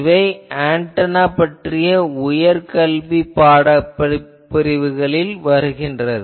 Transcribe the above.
இவை ஆன்டெனா பற்றிய உயர் கல்விப் பாடங்களில் வருகிறது